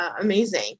amazing